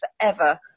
forever